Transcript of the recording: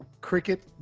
cricket